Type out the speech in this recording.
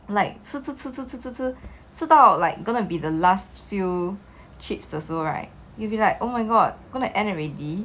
like 吃吃吃吃吃吃吃吃到 like gonna be the last few chips 的时候 right you'll be like oh my god going to end already